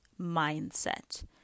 mindset